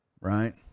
right